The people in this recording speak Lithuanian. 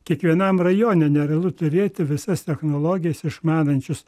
kiekvienam rajone nevėlu turėti visas technologijas išmanančius